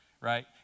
right